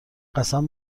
قسم